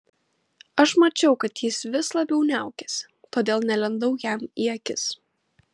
aš mačiau kad jis vis labiau niaukiasi todėl nelindau jam į akis